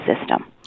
system